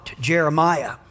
Jeremiah